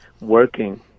working